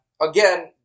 Again